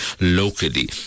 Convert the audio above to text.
locally